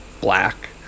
black